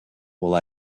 will